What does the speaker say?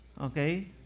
Okay